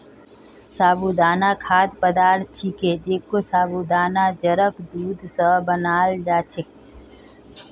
साबूदाना खाद्य पदार्थ छिके जेको साबूदानार जड़क दूध स बनाल जा छेक